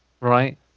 right